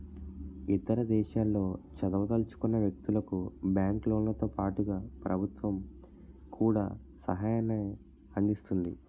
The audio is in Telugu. ఇతర దేశాల్లో చదవదలుచుకున్న వ్యక్తులకు బ్యాంకు లోన్లతో పాటుగా ప్రభుత్వం కూడా సహాయాన్ని అందిస్తుంది